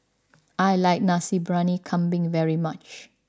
I like Nasi Briyani Kambing very much